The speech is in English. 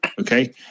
okay